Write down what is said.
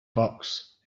box